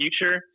future